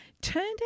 Turned